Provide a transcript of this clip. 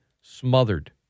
smothered